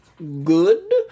good